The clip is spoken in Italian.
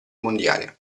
mondiale